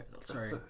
Sorry